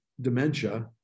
dementia